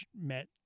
met